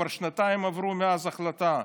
כבר שנתיים עברו מאז ההחלטה,